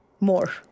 more